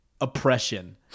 oppression